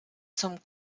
zum